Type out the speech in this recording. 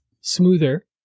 smoother